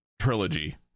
trilogy